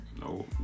No